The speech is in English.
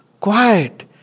quiet